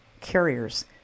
carriers